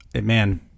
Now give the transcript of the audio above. man